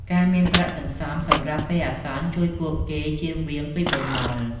ការមានប្រាក់សន្សំសម្រាប់ពេលអាសន្នជួយពួកគេចៀសវាងពីបំណុល។